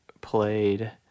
played